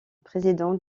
présidente